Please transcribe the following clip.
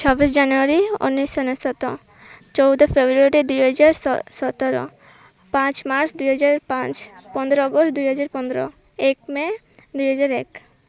ଛବିଶ ଜାନୁଆରୀ ଉଣେଇଶ ଅନେଶ୍ୱତ ଚଉଦ ଫେବୃଆରୀ ଦୁଇହଜାର ସତର ପାଞ୍ଚ ମାର୍ଚ୍ଚ ଦୁଇହଜାର ପାଞ୍ଚ ପନ୍ଦର ଅଗଷ୍ଟ ଦୁଇହଜାର ପନ୍ଦର ଏକ ମେ ଦୁଇହଜାର ଏକ